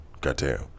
Goddamn